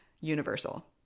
universal